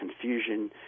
confusion